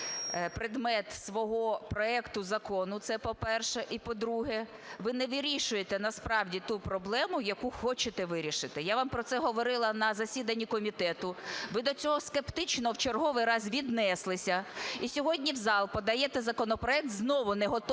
ви не вирішуєте насправді ту проблему, яку хочете вирішити. Я вам про це говорила на засіданні комітету, ви до цього скептично в черговий раз віднеслися. І сьогодні в зал подаєте законопроект, знову не готовий